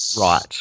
right